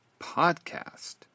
Podcast